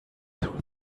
through